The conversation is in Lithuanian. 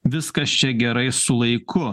viskas čia gerai su laiku